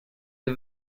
the